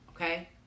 Okay